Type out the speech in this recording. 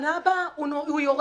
ובתחנה הבאה הוא יורד.